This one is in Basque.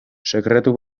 sekretu